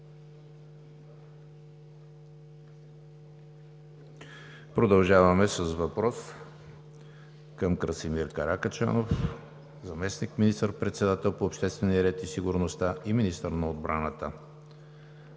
Продължаваме с въпрос към Красимир Каракачанов – заместник министър-председател по обществения ред и сигурността и министър на отбраната.